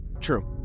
True